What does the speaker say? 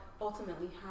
ultimately